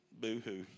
Boo-hoo